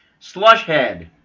Slushhead